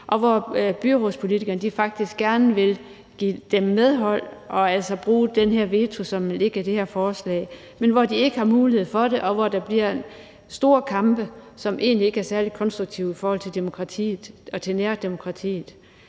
og hvor byrådspolitikerne faktisk gerne vil give dem medhold og altså bruge den vetoret, som ligger i det her forslag, men hvor de ikke har mulighed for det. Dér kommer der store kampe, som egentlig ikke er særlig konstruktive i forhold til demokratiet og nærdemokratiet.